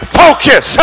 focus